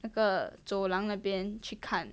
那个走廊那边去看